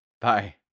Bye